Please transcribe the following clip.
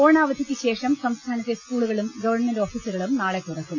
ഓണാവധിക്ക് ശേഷം സംസ്ഥാനത്തെ സ്കൂളുകളും ഗവൺമെന്റ് ഓഫീസുകളും നാളെ തുറക്കും